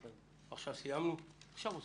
אנחנו נסמיך אתכם ברוח ההבהרות שנאמרו לתקנות.